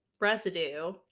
residue